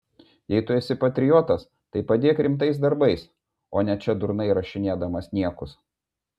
jei tu esi patriotas tai padėk rimtais darbais o ne čia durnai rašinėdamas niekus